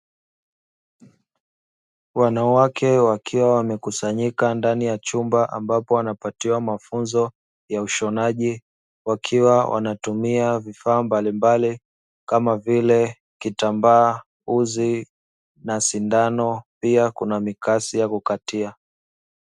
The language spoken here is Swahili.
Wanawake wakiwa wamekusanyika ndani ya chumba ambapo wanapatiwa mafunzo ya ushonaji, wakiwa wanatumia vifaa mbalimbali kama vile; kitambaa, uzi na sindano pia kuna mikasi ya kukatia.